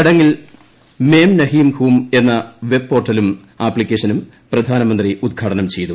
ചടങ്ങിൽ മേം നഹീം ഹും എന്ന വെബ്പോർട്ടലും ആപ്ലിക്കേഷനും പ്രധാനമന്ത്രി ഉദ്ഘാടനം ചെയ്തു